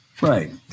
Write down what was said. Right